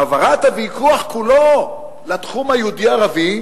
העברת הוויכוח כולו לתחום היהודי ערבי,